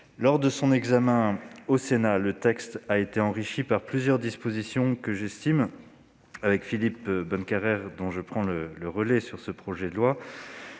Lors de son examen au Sénat, le texte a été enrichi par plusieurs dispositions que j'estime, avec Philippe Bonnecarrère, dont je prends le relais sur ce texte, et le